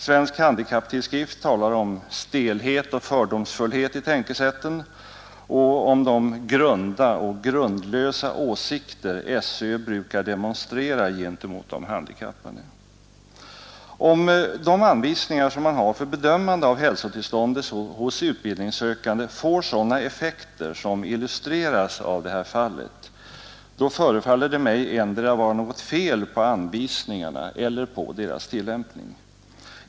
Svensk Handikapptidskrift talar om ”stelhet och fördomsfullhet i tänkesätten” och om ”de grunda och grundlösa åsikter SÖ brukar demonstrera mot de handikappade”. Om de anvisningar som man har för bedömande av hälsotillståndet hos utbildningssökande får sådana effekter som illustreras av detta fall, förefaller det mig endera vara något fel på anvisningarna eller på deras tillämpning.